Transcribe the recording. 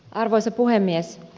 arvoisa puhemies